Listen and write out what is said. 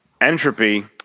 entropy